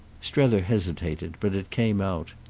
strether hesitated, but it came out.